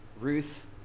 Ruth